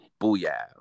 Booyah